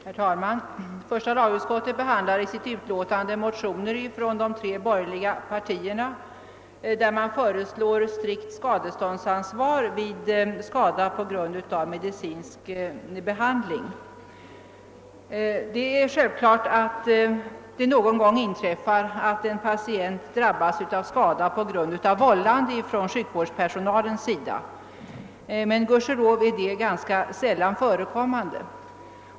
Herr talman! Första lagutskottet behandlar i sitt utlåtande motioner från de tre borgerliga partierna i vilka motioner föreslås strikt skadeståndsansvar vid skada på grund av medicinsk behandling. Det är självklart att det någon gång inträffar att en patient drabbas av skada på grund av vållande från sjukvårdspersonalens sida men gudskelov är detta ganska sällan förekommande.